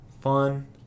Fun